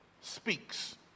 speaks